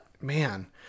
man